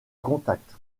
contact